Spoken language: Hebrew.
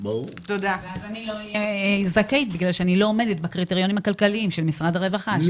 ואז לא אהיה זכאית בגלל שאני לא עומדת בקריטריונים של משרד הרווחה.